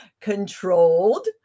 Controlled